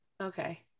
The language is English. Okay